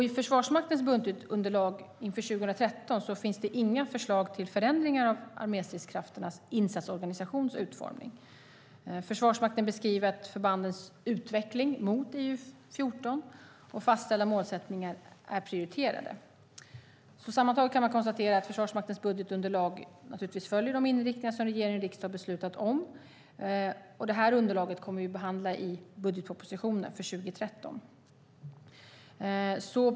I Försvarsmaktens budgetunderlag inför 2013 finns det inga förslag till förändringar av arméstridskrafternas insatsorganisations utformning. Försvarsmakten beskriver att förbandens utveckling mot IO 14 och den fastställda målsättningen är prioriterade. Sammantaget kan man konstatera att Försvarsmaktens budgetunderlag naturligtvis följer de inriktningar som regering och riksdag har beslutat om. Det här underlaget kommer vi att behandla i budgetpropositionen för 2013.